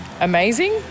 amazing